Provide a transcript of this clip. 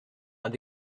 and